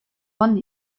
one